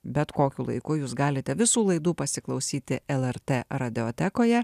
bet kokiu laiku jūs galite visų laidų pasiklausyti lrt radiotekoje